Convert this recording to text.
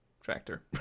tractor